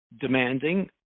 demanding